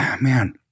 man